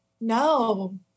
no